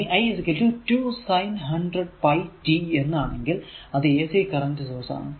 ഇനി i 2 sin 100 pi t എന്നാണെങ്കിൽ അത് ac കറന്റ് സോഴ്സ് ആണ്